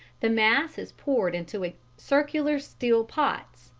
the mass is poured into circular steel pots,